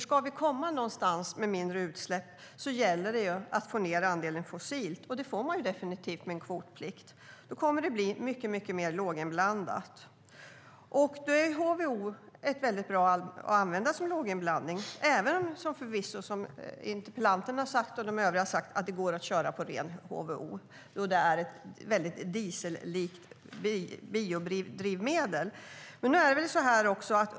Ska vi komma någonstans med mindre utsläpp gäller det ju att få ned andelen fossilt, och det får man definitivt med en kvotplikt. Då kommer det att bli mycket mer låginblandat. Då är HVO bra att använda som låginblandning. Interpellanterna och övriga har också sagt att det går att köra på ren HVO. Det är ett diesellikt biodrivmedel.